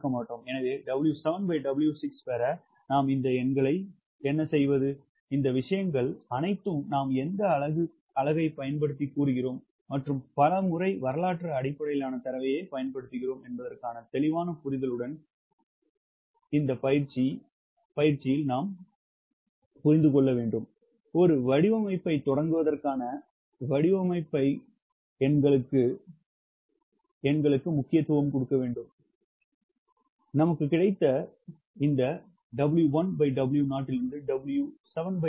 எனவே 𝑊7W6 பெற நாம் இந்த எண்களை என்ன செய்வது இந்த விஷயங்கள் அனைத்தும் நாம் எந்த அலகு பயன்படுத்துகிறோம் மற்றும் பல முறை வரலாற்று அடிப்படையிலான தரவைப் பயன்படுத்துகிறோம் என்பதற்கான தெளிவான புரிதலுடன் இயந்திரத்தனமாக இந்த பயிற்சி ஆரம்பத்தில் பெற வேண்டும் ஒரு வடிவமைப்பைத் தொடங்குவதற்கான வடிவமைப்பைத் தொடங்க வடிவமைப்பு எண்கள்